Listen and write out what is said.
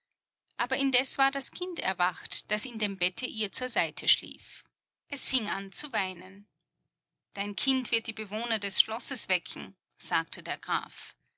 aber indes war das kind erwacht das in dem bette ihr zur seite schlief es fing an zu weinen dein kind wird die bewohner des schlosses wecken sagte der graf